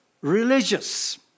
religious